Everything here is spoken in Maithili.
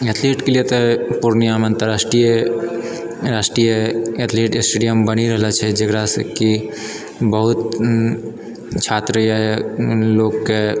एथलीटके लिए तऽ पूर्णियामे अन्तर्राष्ट्रीय राष्ट्रीय एथलीट स्टेडियम बनि रहलऽ छै जकरासँ कि बहुत छात्र या लोकके